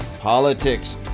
politics